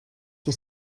que